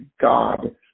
God